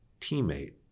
teammate